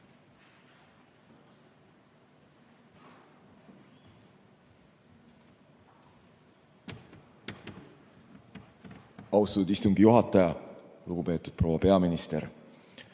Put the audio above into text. Austatud istungi juhataja! Lugupeetud proua peaminister!